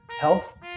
health